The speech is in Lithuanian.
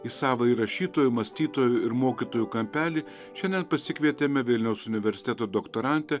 į savąjį rašytojų mąstytojų ir mokytojų kampelį šiandien pasikvietėme vilniaus universiteto doktorantę